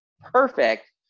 perfect